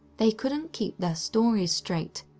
they couldn't keep their stories straight.